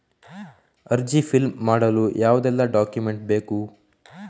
ಅರ್ಜಿ ಫಿಲ್ ಮಾಡಲು ಯಾವುದೆಲ್ಲ ಡಾಕ್ಯುಮೆಂಟ್ ಬೇಕು?